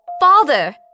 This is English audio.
Father